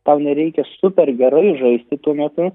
tau nereikia super gerai žaisti tuo metu